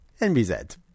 nbz